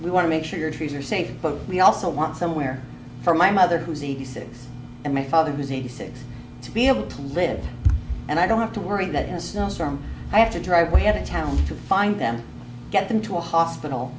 we want to make sure your trees are safe but we also want somewhere for my mother who's eighty six and my father who's eighty six to be able to live and i don't have to worry that in a snowstorm i have to drive we had to town to find them get them to a hospital